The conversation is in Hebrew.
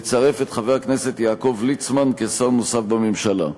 לצרף את חבר הכנסת יעקב ליצמן כשר נוסף בממשלה.